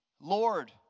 Lord